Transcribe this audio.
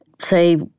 say